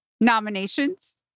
Nominations